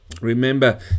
Remember